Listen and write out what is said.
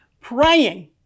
praying